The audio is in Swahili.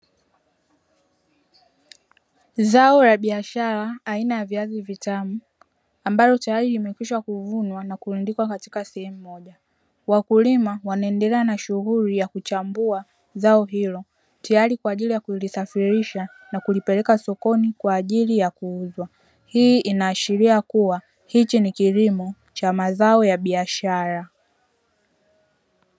Zao la biashara aina ya viazi vitamu ambalo tayari limekwisha kuvunwa na kupelekwa katika sehemu moja. Wakulima wanaendelea na shughuli ya kuchambua zao hilo tayari kwa ajili ya kulisafirisha na kulipeleka sokoni kwa ajili ya kuuzwa. Hii inaashiria kuwa hichi ni kilimo cha mazao ya biashara.